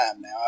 now